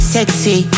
Sexy